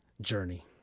journey